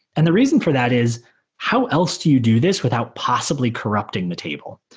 and the reason for that is how else do you do this without possibly corrupting the table?